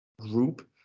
group